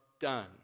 done